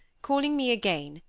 calling me again,